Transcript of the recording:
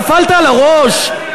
נפלת על הראש?